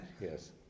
Yes